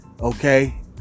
Okay